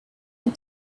had